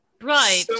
Right